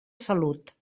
salut